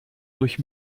durch